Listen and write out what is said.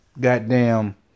goddamn